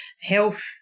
Health